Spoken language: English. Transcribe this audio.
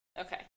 Okay